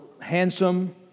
handsome